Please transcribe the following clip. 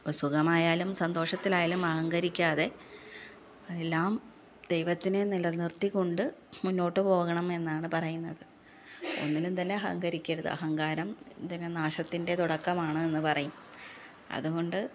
ഇപ്പം സുഖമായാലും സന്തോഷത്തിലായാലും അഹങ്കാരിക്കാതെ എല്ലാം ദൈവത്തിനെ നില നിർത്തികൊണ്ട് മുന്നോട്ട് പോകണം എന്നാണ് പറയുന്നത് ഒന്നിലും തന്നെ അഹങ്കരിക്കരുത് അഹങ്കാരം എന്തിന് നാശത്തിൻ്റെ തുടക്കമാണ് എന്ന് പറയും അതുകൊണ്ട്